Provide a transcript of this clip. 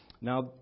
Now